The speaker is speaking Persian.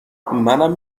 منم